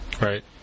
right